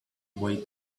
way